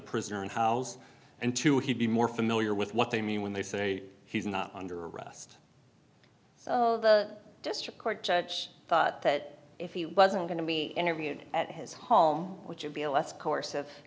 prisoner and housed and two he'd be more familiar with what they mean when they say he's not under arrest so the district court judge thought that if he wasn't going to be interviewed at his home which would be a less course